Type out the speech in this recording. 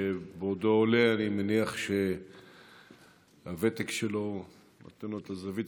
שבעודו עולה אני מניח שהוותק שלו נותן לו את הזווית